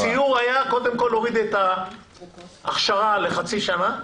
הציור היה קודם כול להוריד את האכשרה לחצי שנה,